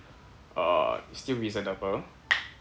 err still reasonable